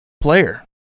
player